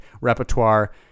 repertoire